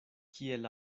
kiel